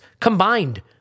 combined